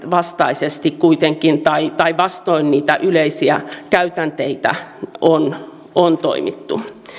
vastaisesti tai tai vastoin niitä yleisiä käytänteitä on on toimittu